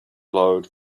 glowed